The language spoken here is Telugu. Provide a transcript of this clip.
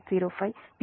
0805 p